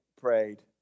prayed